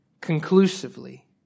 conclusively